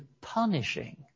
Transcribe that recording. punishing